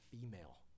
female